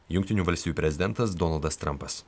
jungtinių valstijų prezidentas donaldas trampas